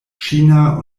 china